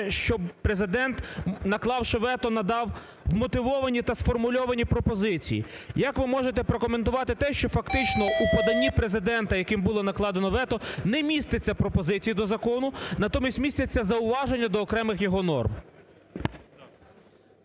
щоб Президент, наклавши вето, надав вмотивовані та сформульовані пропозиції. Як ви можете прокоментувати те, що фактично у поданні Президента, яким було накладено вето, не міститься пропозицій до закону, натомість містяться зауваження до окремих його норм?